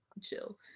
chill